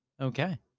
Okay